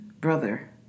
Brother